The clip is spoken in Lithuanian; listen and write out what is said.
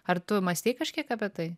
ar tu mąstei kažkiek apie tai